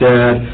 Dad